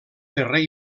ferrer